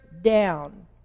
down